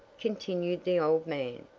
continued the old man.